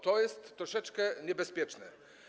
To jest troszeczkę niebezpieczne.